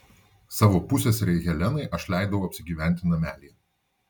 savo pusseserei helenai aš leidau apsigyventi namelyje